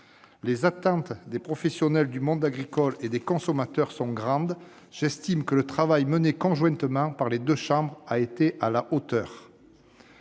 Les attentes des professionnels du monde agricole et des consommateurs sont grandes, et j'estime que le travail mené conjointement par les deux chambres a été à la hauteur.